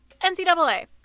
NCAA